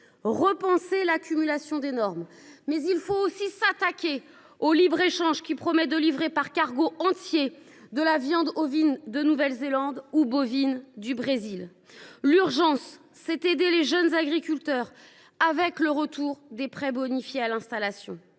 repenser l’accumulation des normes, mais il faut aussi s’attaquer au libre échange, qui promet de livrer par cargos entiers de la viande ovine de Nouvelle Zélande ou bovine du Brésil. L’urgence, c’est aider les jeunes agriculteurs, avec le retour des prêts bonifiés à l’installation.